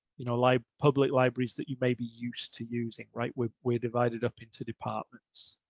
you know, like public libraries that you may be used to using right, we were divided up into departments.